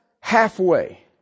halfway